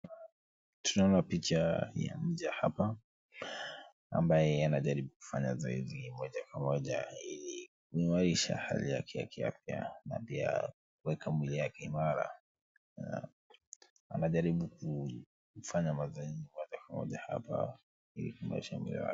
Tunaona picha ya mja hapa ambaye anajaribu kufanya zoezi moja kwa moja ili kuimarisha hali yake ya kiafya na pia kueka mwili wake imara. Anajaribu kufanya mazoezi moja moja hapa, ili kuimarisha mwili wake.